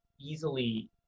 easily